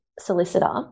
solicitor